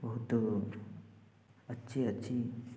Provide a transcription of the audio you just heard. बहुत अच्छे अच्छी